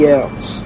else